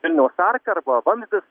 vilniaus arką arba vamzdis